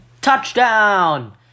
touchdown